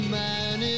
man